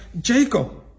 Jacob